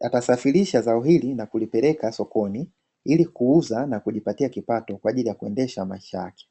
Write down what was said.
Atasafirisha zao hili na kulipeleka sokoni ili kuuza a kujipatia kipato kwa ajili ya kuendesha maisha yake.